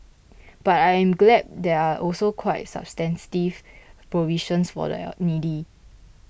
but I am glad there are also quite substantive provisions for the needy